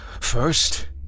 First